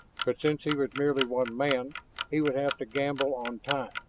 but since he was merely one man he would have to gamble on time,